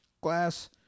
glass